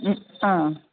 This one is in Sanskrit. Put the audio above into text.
हु हा